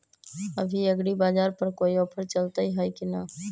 अभी एग्रीबाजार पर कोई ऑफर चलतई हई की न?